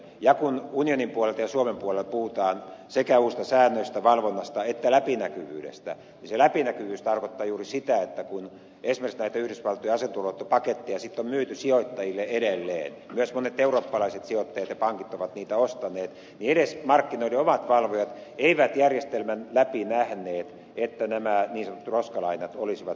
ja kun unionin puolelta ja suomen puolelta puhutaan sekä uusista säännöistä valvonnasta että läpinäkyvyydestä niin se läpinäkyvyys viittaa juuri siihen että kun esimerkiksi näitä yhdysvaltojen asuntoluottopaketteja sitten on myyty sijoittajille edelleen ja myös monet eurooppalaiset sijoittajat ja pankit ovat niitä ostaneet niin edes markkinoiden omat valvojat eivät järjestelmän läpi nähneet että nämä niin sanotut roskalainat olisivat sieltä paljastuneet